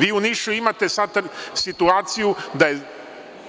Vi u Nišu imate sada situaciju da je